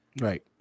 Right